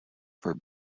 for